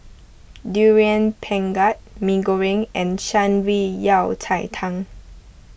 Durian Pengat Mee Goreng and Shan Rui Yao Cai Tang